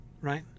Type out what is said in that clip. right